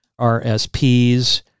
RSPs